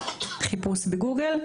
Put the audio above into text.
חיפוש בגוגל,